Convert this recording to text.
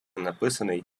написаний